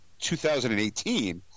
2018